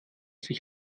sich